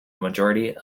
majority